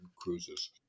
cruises